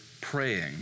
praying